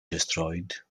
destroyed